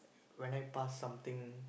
when I pass something